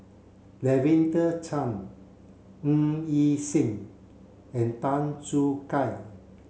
Lavender Chang Ng Yi Sheng and Tan Choo Kai